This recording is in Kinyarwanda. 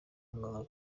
muganga